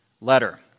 letter